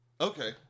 Okay